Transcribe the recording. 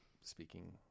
Speaking